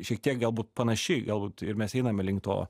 šiek tiek galbūt panaši galbūt ir mes einame link to